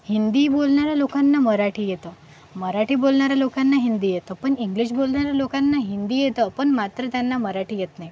हिंदी बोलणाऱ्या लोकांना मराठी येतं मराठी बोलणाऱ्या लोकांना हिंदी येतं पण इंग्लिश बोलणाऱ्या लोकांना हिंदी येतं पण मात्र त्यांना मराठी येत नाही